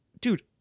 Dude